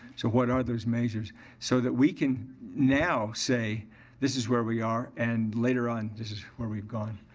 so what are those measures so that we can now say this is where we are and later on this is where we've gone?